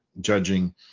judging